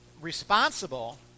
responsible